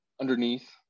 underneath